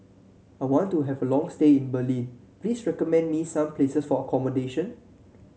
I want to have a long stay in Berlin please recommend me some places for accommodation